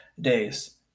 days